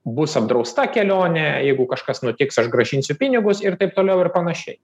bus apdrausta kelionė jeigu kažkas nutiks aš grąžinsiu pinigus ir taip toliau ir panašiai